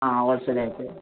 ആ ഹോൾസെയിൽ ആയിട്ട്